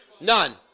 None